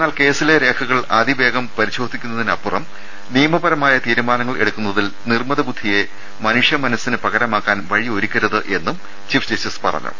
എന്നാൽ കേസിലെ രേഖകൾ അതിവേഗം പരിശോധിക്കുന്നതിനപ്പുറം നിയ മപരമായ തീരുമാനങ്ങൾ എടുക്കുന്നതിൽ നിർമിത ബുദ്ധിയെ മനുഷ്യമന സ്സിന് പകരമാക്കാൻ വഴിയൊരുക്കരുതെന്നും ചീഫ് ജസ്റ്റിസ് പറഞ്ഞു